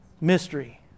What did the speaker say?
mystery